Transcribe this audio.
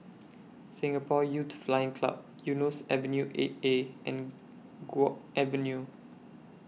Singapore Youth Flying Club Eunos Avenue eight A and Guok Avenue